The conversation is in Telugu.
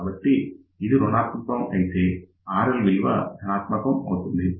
కాబట్టి ఇది రుణాత్మకం అయితే RL విలువ ధనాత్మకం అవుతుంది